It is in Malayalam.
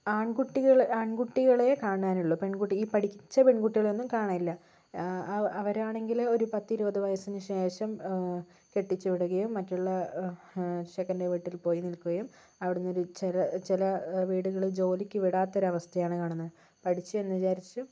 ആൺകുട്ടി ആൺകുട്ടികളെയെ കാണാനുള്ളൂ ഈ പഠിച്ച പെൺകുട്ടികളെയൊന്നും കാണാനില്ല അവര് അവരാണെങ്കില് ഒരു പത്തിരുപത് വയസിനു ശേഷം കെട്ടിച്ചു വിടുകയും മറ്റുള്ള ചെക്കൻ്റെ വീട്ടിൽ പോയി നിൽക്കുകയും അവിടുന്ന് ചില ചില വീടുകളിൽ ജോലിക്കു വിടാത്ത ഒരവസ്ഥയാണ് കാണുന്നത് പഠിച്ചെന്നു വിചാരിച്ച്